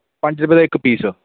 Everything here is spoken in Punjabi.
ਪੰਜ ਰੁਪਏ ਦਾ ਇੱਕ ਪੀਸ